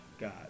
God